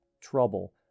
trouble